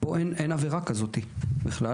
אבל פה אין עבירה כזאת בכלל.